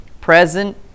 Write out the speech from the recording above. present